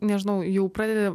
nežinau jau pradedi